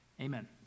Amen